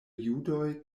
judoj